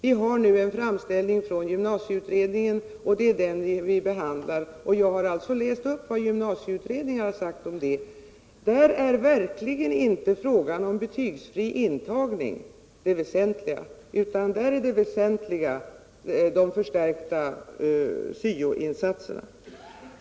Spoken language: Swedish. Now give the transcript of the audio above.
Vi behandlar nu en framställning från gymnasieutredningen, och jag har läst upp vad utredningen har sagt. Där är verkligen inte frågan om betygsfri intagning det väsentliga, utan där är det väsentliga de förstärkta SYO insatserna.